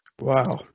Wow